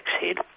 head